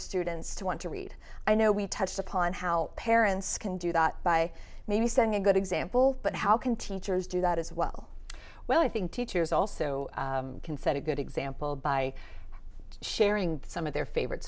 students to want to read i know we touched upon how parents can do that by maybe send a good example but how can teachers do that as well well i think teachers also can set a good example by sharing some of their favorite